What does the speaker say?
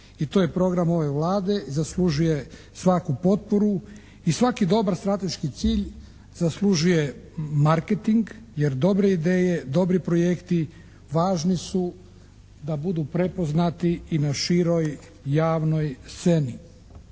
i to je program ove Vlade, zaslužuje svaku potporu i svaki dobar strateški cilj zaslužuje marketing jer dobre ideje, dobri projekti važni su da budu prepoznati i na široj javnoj sceni.